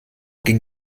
ging